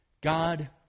God